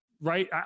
right